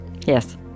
Yes